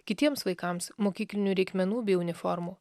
kitiems vaikams mokyklinių reikmenų bei uniformų